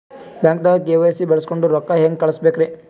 ಬ್ಯಾಂಕ್ದಾಗ ಕೆ.ವೈ.ಸಿ ಬಳಸ್ಕೊಂಡ್ ರೊಕ್ಕ ಹೆಂಗ್ ಕಳಸ್ ಬೇಕ್ರಿ?